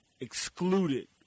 excluded